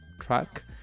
track